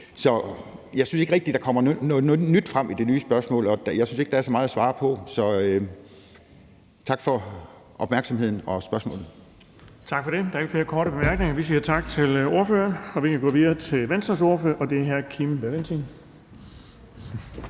Jeg synes ikke rigtig, der kommer noget nyt frem i det nye spørgsmål, og jeg synes ikke, der er så meget at svare på. Så tak for opmærksomheden og spørgsmålet. Kl. 13:03 Den fg. formand (Erling Bonnesen): Tak for det. Der er ikke flere korte bemærkninger. Vi siger tak til ordføreren. Så kan vi gå videre til Venstres ordfører, og det er hr. Kim Valentin.